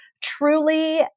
truly